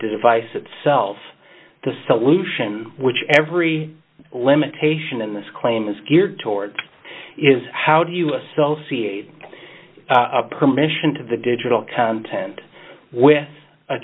device itself the solution which every limitation in this claim is geared towards is how do you associate a permission to the digital content with